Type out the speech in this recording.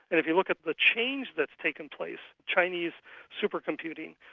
and if you look at the change that's taken place, chinese supercomputing,